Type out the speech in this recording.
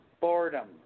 boredom